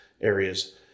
areas